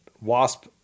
Wasp